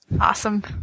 Awesome